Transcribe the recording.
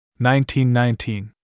1919